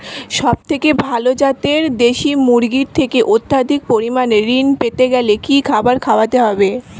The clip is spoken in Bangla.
সবথেকে ভালো যাতে দেশি মুরগির থেকে অত্যাধিক পরিমাণে ঋণ পেতে গেলে কি খাবার খাওয়াতে হবে?